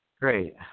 Great